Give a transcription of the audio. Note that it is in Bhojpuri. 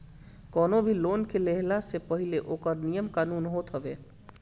कवनो भी लोन के लेहला से पहिले ओकर नियम कानून होत हवे